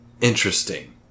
interesting